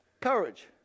Courage